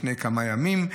לפני כמה ימים.